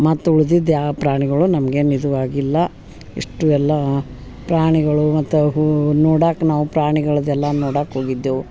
ಮತ್ತು ಉಳ್ದಿದ್ದ ಯಾ ಪ್ರಾಣಿಗಳು ನಮ್ಗೇನು ಇದು ಆಗಿಲ್ಲ ಇಷ್ಟು ಎಲ್ಲಾ ಪ್ರಾಣಿಗಳು ಮತ್ತು ಅಹು ನೋಡಾಕೆ ನಾವು ಪ್ರಾಣಿಗಳ್ದ ಎಲ್ಲ ನೋಡಾಕೆ ಹೋಗಿದ್ದೆವು